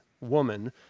woman